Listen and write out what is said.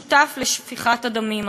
שותף לשפיכת הדמים הזאת.